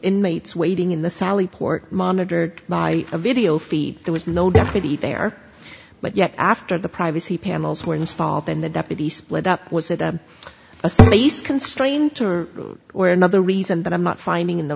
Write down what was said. inmates waiting in the sally port monitored by a video feed there was no deputy there but yes after the privacy panels were installed in the deputy split up was it a a space constraint or were another reason that i'm not finding in the